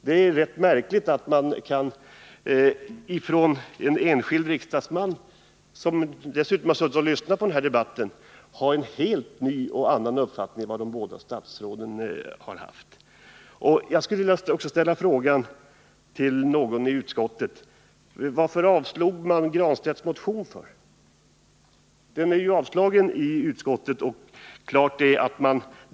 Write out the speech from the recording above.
Det är rätt märkligt att en enskild riksdagsman, som suttit här i kammaren och lyssnat på debatten, nu kan ge uttryck för en helt ny uppfattning i denna fråga. Jag skulle vidare till någon av utskottets ledamöter vilja ställa frågan varför utskottet avstyrkt Pär Granstedts motion.